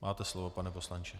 Máte slovo, pane poslanče.